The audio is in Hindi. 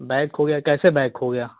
बैग खो गया कैसे बैग खो गया